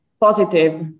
positive